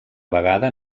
vegada